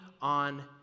on